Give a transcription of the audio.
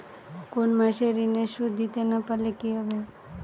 কোন মাস এ ঋণের সুধ দিতে না পারলে কি হবে?